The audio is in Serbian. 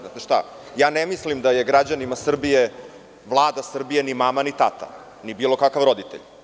Znate šta, ne mislim da je građanima Srbije Vlada Srbije ni mama, ni tata, ni bilo kakav roditelj.